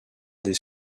des